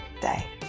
day